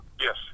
Yes